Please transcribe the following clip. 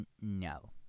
no